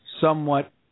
somewhat